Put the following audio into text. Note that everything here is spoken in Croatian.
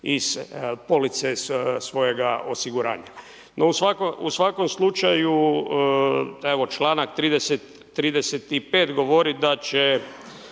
iz police svojega osiguranja. No u svakom slučaju evo članak 35. govori da će